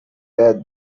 death